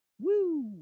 woo